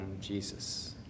Jesus